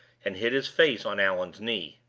and hid his face on allan's knee.